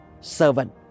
servant